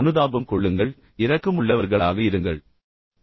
அனுதாபம் கொள்ள முயற்சி செய்யுங்கள் இரக்கமுள்ளவர்களாக இருக்க முயற்சி செய்யுங்கள்